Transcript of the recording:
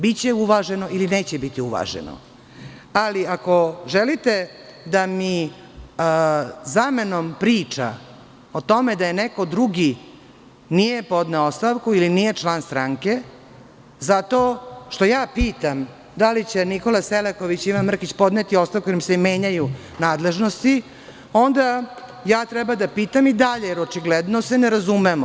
Biće uvaženo ili neće biti uvaženo, ali ako želite da mi zamenom priča o tome da neko drugi nije podneo ostavku ili nije član stranke, zato što pitam da li će Nikola Selaković i Ivan Mrkić podneti ostavku, jer im se menjaju nadležnosti, onda treba da pitam i dalje, jer se očigledno ne razumemo.